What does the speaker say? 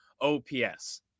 OPS